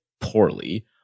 poorly